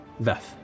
Veth